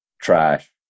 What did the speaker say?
trash